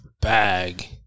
bag